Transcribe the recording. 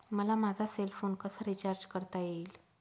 मला माझा cell phone कसा रिचार्ज करता येईल?